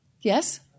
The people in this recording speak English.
Yes